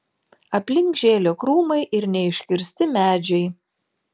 aplink žėlė krūmai ir neiškirsti medžiai